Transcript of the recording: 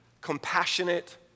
compassionate